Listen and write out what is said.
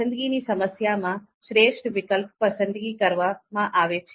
પસંદગીની સમસ્યાના માં શ્રેષ્ઠ વિકલ્પ પસંદગી કરવામાં આવે છે